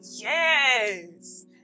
Yes